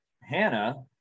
hannah